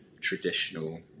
traditional